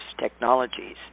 Technologies